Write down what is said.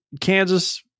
Kansas